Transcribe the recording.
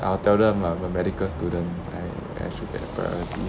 I will tell them I'm a medical student I I should get priority